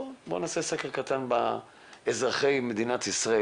בוא נעשה סקר קטן לאזרחי מדינת ישראל,